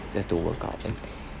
just don't work out and